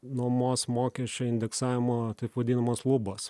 nuomos mokesčio indeksavimo taip vadinamos lubos